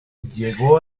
llegó